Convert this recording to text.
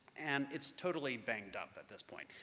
and it's totally banged up at this point,